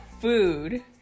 food